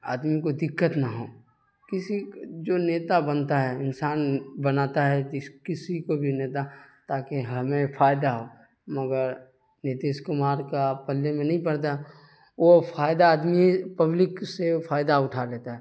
آدمی کو دقت نہ ہو کسی جو نیتا بنتا ہے انسان بناتا ہے جس کسی کو بھی نیتا تاکہ ہمیں فائدہ ہو مگر نتیش کمار کا پلے میں نہیں پڑتا ہے وہ فائدہ آدمی پبلک سے فائدہ اٹھا لیتا ہے